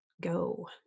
go